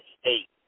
state